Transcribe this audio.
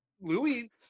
Louis